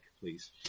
please